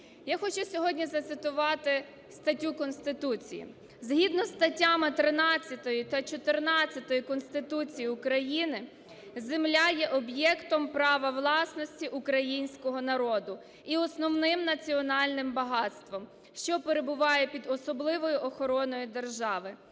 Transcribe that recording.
Я хочу сьогодні зацитувати статтю Конституції. Згідно зі статтями 13 та 14 Конституції України земля є об'єктом права власності українського народу і основним національним багатством, що перебуває під особливою охороною держави.